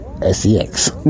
S-E-X